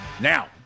Now